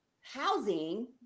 housing